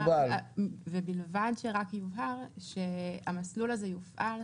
ובלבד שרק יובהר שהמסלול הזה יופעל,